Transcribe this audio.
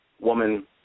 woman